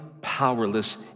powerless